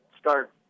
start